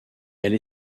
elle